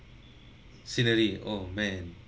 scenery oh man